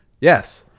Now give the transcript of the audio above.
Yes